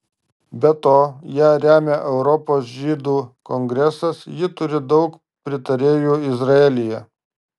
be to ją remia europos žydų kongresas ji turi daug pritarėjų izraelyje